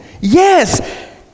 Yes